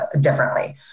differently